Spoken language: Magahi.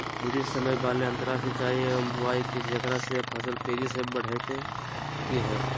उचित समय वाले अंतराल सिंचाई एवं बुआई के जेकरा से फसल तेजी से बढ़तै कि हेय?